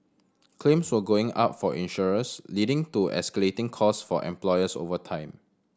claims were going up for insurers leading to escalating cost for employers over time